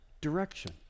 direction